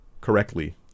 correctly